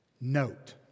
note